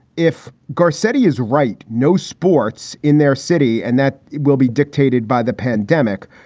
if garcetti is right, no sports in their city and that will be dictated by the pandemic.